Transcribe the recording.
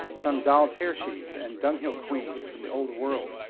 some doll-tearsheets and dunghill-queans from the old world,